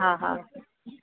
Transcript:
हा हा